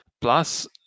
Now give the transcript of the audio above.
Plus